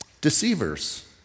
Deceivers